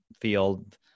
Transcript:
field